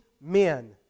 men